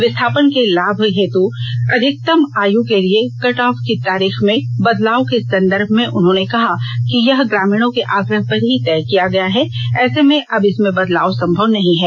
विस्थापन के लाभ हेतु अधिकतम आयु के लिए कट आफ की तारीख में बदलाव के संदर्भ में उन्होंने कहा कि यह ग्रामीणों के आग्रह पर ही तय किया गया है ऐसे में अब इसमें बदलाव संभव नहीं है